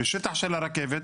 בשטח של הרכבת,